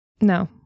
No